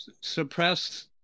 suppress